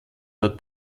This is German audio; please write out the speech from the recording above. dort